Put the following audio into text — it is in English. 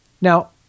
Now